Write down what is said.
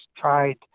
tried